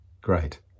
great